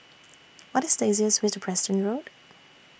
What IS The easiest Way to Preston Road